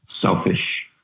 selfish